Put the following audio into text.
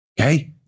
Okay